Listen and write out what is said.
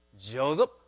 Joseph